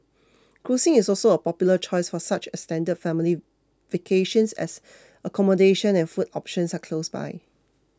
cruising is also a popular choice for such extended family vacations as accommodation and food options are close by